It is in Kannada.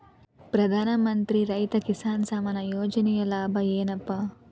ಪ್ರಧಾನಮಂತ್ರಿ ರೈತ ಕಿಸಾನ್ ಸಮ್ಮಾನ ಯೋಜನೆಯ ಲಾಭ ಏನಪಾ?